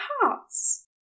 hearts